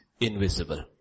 Invisible